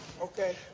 okay